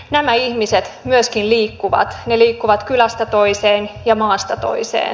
nämä ihmiset myöskin liikkuvat he liikkuvat kylästä toiseen ja maasta toiseen